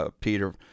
Peter